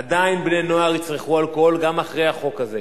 עדיין בני-נוער יצרכו אלכוהול גם אחרי החוק הזה.